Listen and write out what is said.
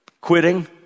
quitting